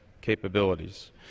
capabilities